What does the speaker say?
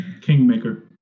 Kingmaker